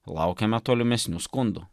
laukiame tolimesnių skundų